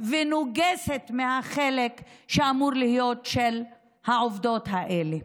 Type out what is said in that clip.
ונוגסת מהחלק שאמור להיות של העובדות האלה.